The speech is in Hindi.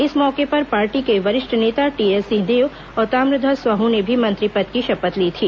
इस मौके पर पार्टी के वरिष्ठ नेता टीएस सिंहदेव और ताम्रध्वज साहू ने भी मंत्री पद की शपथ ली थी